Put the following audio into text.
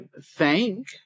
thank